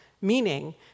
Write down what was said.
meaning